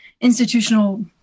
institutional